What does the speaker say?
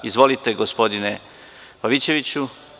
Izvolite, gospodine Pavićeviću.